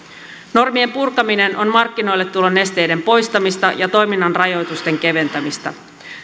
normien purkaminen on markkinoille tulon esteiden poistamista ja toiminnan rajoitusten keventämistä